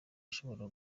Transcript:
ishobora